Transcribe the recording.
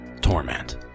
torment